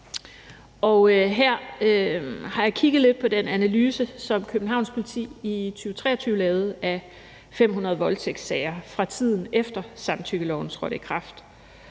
her har jeg kigget lidt på den analyse, som Københavns Politi i 2023 lavede af 500 voldtægtssager fra tiden, efter at samtykkeloven trådte i kraft.